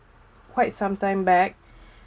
quite sometime back